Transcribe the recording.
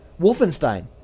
Wolfenstein